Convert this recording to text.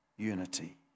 Unity